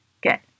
get